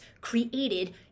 created